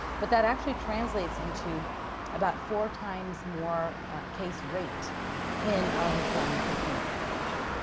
but that actually translates into about four times more case rate in our hispanic latino population.